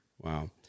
Wow